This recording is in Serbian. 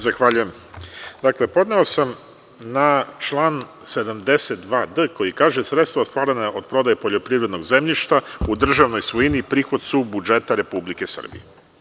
Dakle, podneo sam na član 72d, koji kaže – sredstva ostvarena od prodaje poljoprivrednog zemljišta u državnoj svojini prihod su budžeta Republike Srbije.